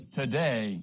today